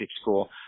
school